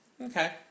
Okay